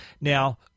Now